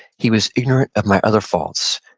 he was ignorant of my other faults,